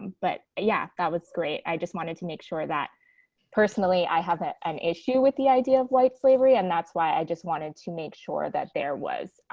but yeah, that was great. i just wanted to make sure that personally, i have an issue with the idea of white slavery. and that's why i just wanted to make sure that there was